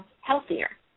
healthier